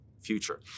future